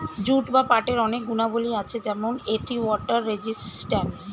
jute বা পাটের অনেক গুণাবলী আছে যেমন এটি ওয়াটার রেজিস্ট্যান্স